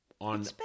On